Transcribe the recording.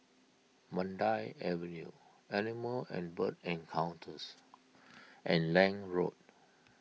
Mandai Avenue Animal and Bird Encounters and Lange Road